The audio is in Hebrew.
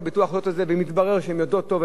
ומתברר שהן יודעות טוב והן לא מבטחות,